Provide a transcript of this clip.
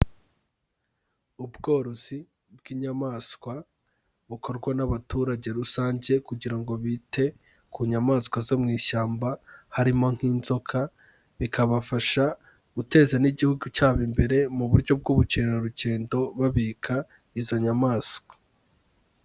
Ubworozi bw'inyamaswa bukorwa n'abaturage rusange kugira ngo bite ku nyamaswa zo mu ishyamba harimo nk'inzoka, bikabafasha guteza n' igihugu cyabo imbere mu buryo bw'ubukerarugendo babika izo nyamaswa.